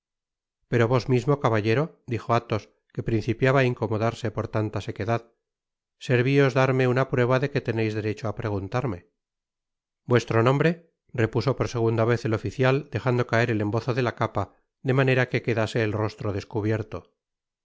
pero vosjmismo caballero dijo athos que principiaba á incomodarse por tanta sequedad servios darme una prueba de que teneis derecho á preguntarme vuestro nombre repaso por segunda vez el oficial dejando caer el embozo de la capa de manera que quedase el rostro descubierto el